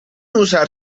usar